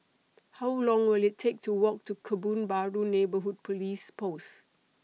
How Long Will IT Take to Walk to Kebun Baru Neighbourhood Police Post